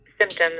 symptoms